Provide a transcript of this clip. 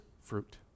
fruit